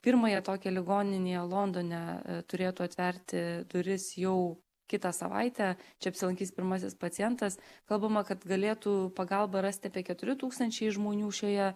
pirmąją tokią ligoninėje londone turėtų atverti duris jau kitą savaitę čia apsilankys pirmasis pacientas kalbama kad galėtų pagalbą rasti apie keturi tūkstančiai žmonių šioje